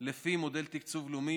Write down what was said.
לפי מודל תקצוב לאומי,